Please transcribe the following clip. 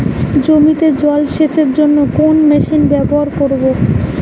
জমিতে জল সেচের জন্য কোন মেশিন ব্যবহার করব?